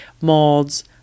molds